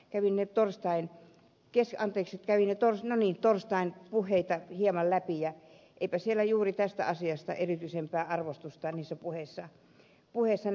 kävimme torstain kesä anteeksi perijätär kävin torstain puheita hieman läpi ja eipä siellä juuri tästä asiasta erityisempää arvostusta niissä puheissa näkynyt